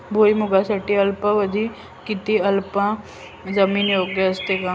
भुईमूगासाठी अल्कधर्मी किंवा आम्लधर्मी जमीन योग्य असते का?